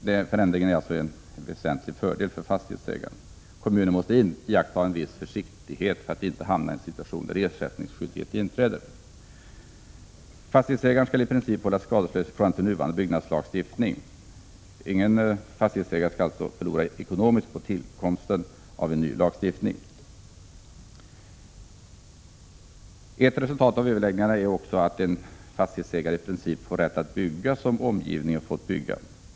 Den förändringen är alltså en väsentlig fördel för fastighetsägaren. Kommunen måste iaktta en viss försiktighet för att inte hamna i en situation där ersättningsskyldighet inträder. Fastighetsägaren skall i princip hållas skadeslös i förhållande till nuvarande byggnadslagstiftning. Ingen fastighetsägare skall alltså förlora ekonomiskt på tillkomsten av en ny lagstiftning. Ett resultat av överläggningarna mellan centern och socialdemokraterna är också att en fastighetsägare i princip får rätt att bygga som omgivningen fått bygga.